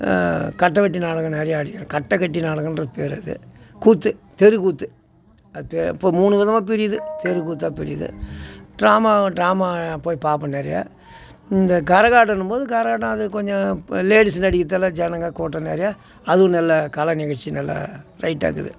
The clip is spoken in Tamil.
கட்டைவெட்டி நாடகம் நிறைய ஆடிக்கிறோம் கட்டைக்கட்டி நாடகம்கிற பேர் அது கூற்று தெருக்கூற்று அது பேர் இப்போ மூணு விதமாக பிரியுது தெருக்கூற்றா பிரியுது ட்ராமா ட்ராமா போய் பார்ப்போம் நிறைய இந்த கரகாட்டம்ன்னும் போது கரகாட்டம் அது கொஞ்சம் ப லேடிஸ் நடிக்கிறதால் ஜனங்கள் கூட்டம் நிறையா அதுவும் நல்ல கலை நிகழ்ச்சி நல்ல ப்ரைட்டாக இருக்குது